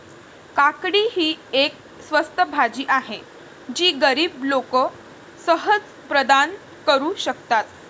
काकडी ही एक स्वस्त भाजी आहे जी गरीब लोक सहज प्रदान करू शकतात